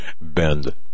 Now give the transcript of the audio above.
bend